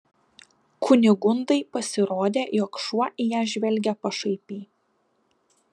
kunigundai pasirodė jog šuo į ją žvelgia pašaipiai